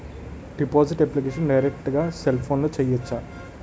Deposit application direct గా నా cell ఫోన్లో చెయ్యచా?